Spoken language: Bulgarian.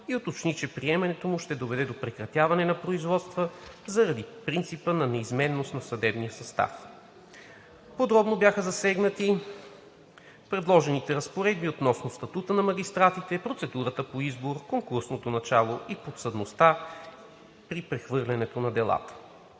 и уточни, че приемането му ще доведе до прекратяване на производства заради принципа на неизменност на съдебния състав. Подробно бяха засегнати предложените разпоредби относно статута на магистратите, процедурата за подбор, конкурсното начало и подсъдността при прехвърлянето на делата.